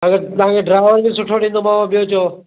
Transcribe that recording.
तव्हांखे तव्हांखे ड्राइवर बि सुठो ॾींदोमाव ॿियो चव